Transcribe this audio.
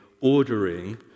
ordering